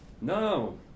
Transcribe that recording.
No